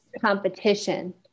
competition